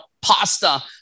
pasta